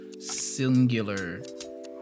singular